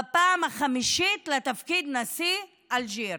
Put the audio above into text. בפעם החמישית, לתפקיד נשיא אלג'יריה.